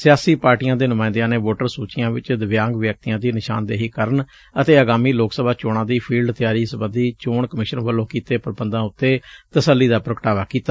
ਸਿਆਸੀ ਪਾਰਟੀਆਂ ਦੇ ਨੁਮਾਇੰਦਿਆਂ ਨੇ ਵੋਟਰ ਸੁਚੀਆਂ ਵਿੱਚ ਦਿਵਿਆਂਗ ਵਿਅਕਤੀਆਂ ਦੀ ਨਿਸ਼ਾਨਦੇਹੀ ਕਰਨ ਅਤੇ ਆਗਾਮੀ ਲੋਕ ਸਭਾ ਚੋਣਾਂ ਦੀ ਫੀਲਡ ਤਿਆਰੀ ਸਬੰਧੀ ਚੋਣ ਕਮਿਸ਼ਨ ਵੱਲੋ ਕੀਤੇ ਪ੍ਰਬੰਧਾਂ ਉਤੇ ਤਸੱਲੀ ਦਾ ਪ੍ਰਗਟਾਵਾ ਕੀਤਾ